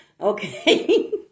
Okay